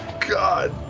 god,